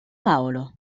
paolo